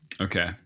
Okay